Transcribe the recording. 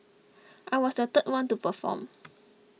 I was the third one to perform